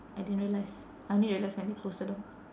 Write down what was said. I didn't realise I only realise when they close the door